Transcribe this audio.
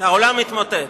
העולם התמוטט.